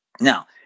now